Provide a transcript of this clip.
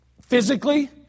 physically